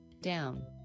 Down